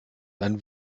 ein